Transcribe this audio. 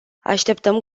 așteptăm